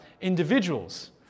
individuals